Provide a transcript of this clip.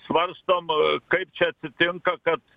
svarstom kaip čia atsitinka kad